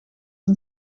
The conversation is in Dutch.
een